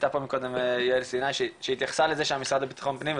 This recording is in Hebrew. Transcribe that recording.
הייתה פה מקודם גם יעל סיני שהתייחסה לזה שהמשרד לביטחון פנים,